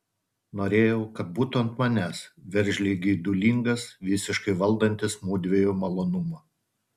norėjau kad būtų ant manęs veržliai geidulingas visiškai valdantis mudviejų malonumą